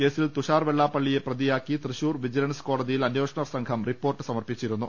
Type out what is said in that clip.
കേസിൽ തുഷാർ വെള്ളാപ്പള്ളിയെ പ്രതിയാക്കിം തൃശൂർ വിജിലൻസ് കോടതിയിൽ അന്വേഷണ സംഘം റിപ്പോർട്ട് സമർപ്പിച്ചിരുന്നു